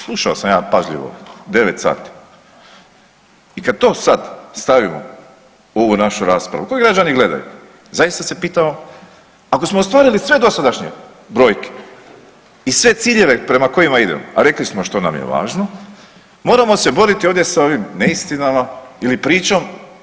Slušao sam ja pažljivo 9 sati i kada to sada stavimo u ovu našu raspravu koju građani gledaju zaista se pitamo ako smo ostvarili sve dosadašnje brojke i sve ciljeve prema kojima idemo a rekli smo što nam je važno moramo se boriti ovdje sa ovim neistinama ili pričom.